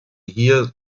hier